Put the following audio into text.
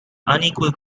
unequal